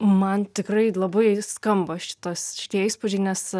man tikrai labai skamba šitos šie įspūdžiai nes